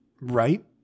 right